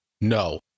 No